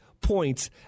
points